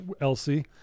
elsie